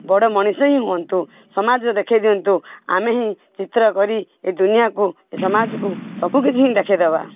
ବଡ଼ ମଣିଷ ହିଁ ହୁଅନ୍ତୁ ସମାଜରେ ଦେଖାଇ ଦିଅନ୍ତୁ ଆମେ ହିଁ ଚିତ୍ର କରି ଏ ଦୁନିଆକୁ ଏ ସମାଜକୁ ସବୁକିଛି ହିଁ ଦେଖାଇ ଦେବା